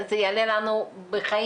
זה יעלה לנו בחיים,